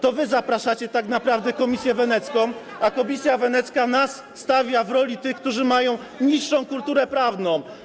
To wy zapraszacie tak naprawdę komisję wenecką, a komisja wenecka nas stawia w roli tych, którzy mają niższą kulturę prawną.